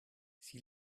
sie